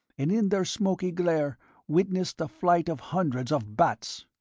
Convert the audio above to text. and in their smoky glare witnessed the flight of hundreds of bats.